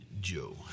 Joe